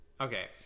okay